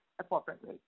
appropriately